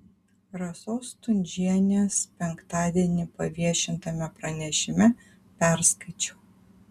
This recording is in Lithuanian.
rasos stundžienės penktadienį paviešintame pranešime perskaičiau